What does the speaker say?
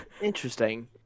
Interesting